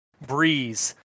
breeze